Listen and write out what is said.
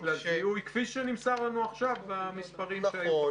לזיהוי כפי שנמסר לנו עכשיו במספרים שהיו --- נכון.